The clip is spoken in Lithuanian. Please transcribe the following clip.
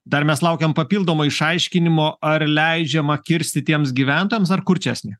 dar mes laukiam papildomo išaiškinimo ar leidžiama kirsti tiems gyventojams ar kur čia esmė